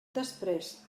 després